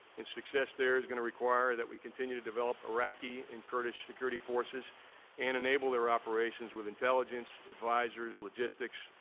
and, success there is gonna require that we continue to develop iraqi and kurdish security forces and enable their operations with intelligence, advisors, logistics,